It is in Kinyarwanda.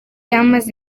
amaze